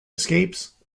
escapes